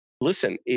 Listen